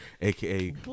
aka